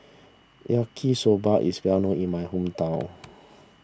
Yaki Soba is well known in my hometown